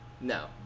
No